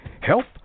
help